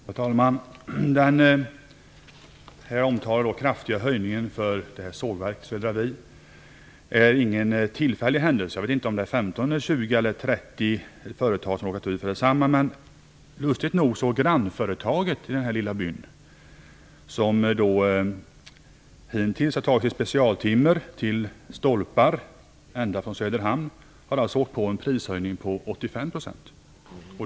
Fru talman! Den omtalade kraftiga höjningen för sågverket i Södra Vi är ingen tillfällig händelse. Jag vet inte om det är 15, 20 eller 30 företag som har råkat ut för samma sak. Lustigt nog har grannföretaget i den här lilla byn, som hittills har tagit sitt specialtimmer till stolpar ända från Söderhamn, åkt på en prishöjning på 85 %.